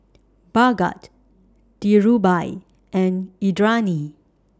Bhagat Dhirubhai and Indranee